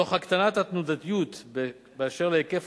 תוך הקטנת התנודתיות בכל הקשור להיקף